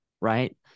right